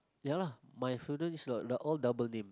ya lah my children is all double name